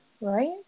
right